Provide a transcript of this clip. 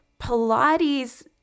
Pilates